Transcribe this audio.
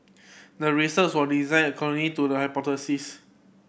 the research was designed according to the hypothesis